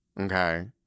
Okay